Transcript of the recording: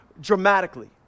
dramatically